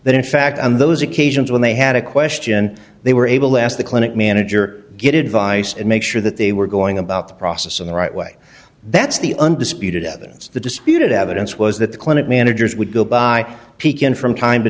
that in fact on those occasions when they had a question they were able to ask the clinic manager get advice and make sure that they were going about the process in the right way that's the undisputed other of the disputed evidence was that the clinic managers would go by peek in from time to